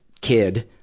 kid